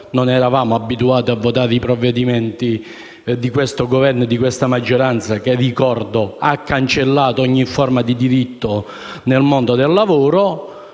(non eravamo abituati a votare i provvedimenti di questo Governo e di questa maggioranza che hanno cancellato ogni forma di diritto nel mondo del lavoro),